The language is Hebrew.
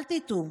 אל תטעו,